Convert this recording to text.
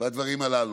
והדברים הללו.